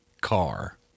car